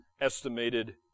estimated